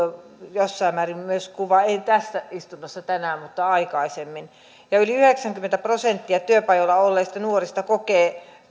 jossain määrin myös sellainen kuva ei tässä istunnossa tänään mutta aikaisemmin ja yli yhdeksänkymmentä prosenttia työpajoilla olleista nuorista kokee